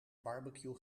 barbecue